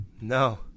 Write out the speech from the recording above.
No